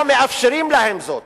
לא מאפשרים להם זאת.